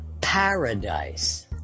Paradise